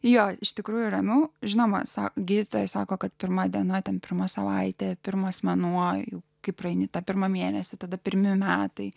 jo iš tikrųjų ramiau žinoma sako gydytoja sako kad pirma diena ten pirmą savaitę pirmas manuoju kai praeini tą pirmą mėnesį tada pirmi metai